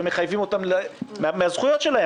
ומחייבים אותם לוותר על הזכויות שלהם,